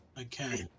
Okay